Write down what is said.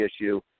issue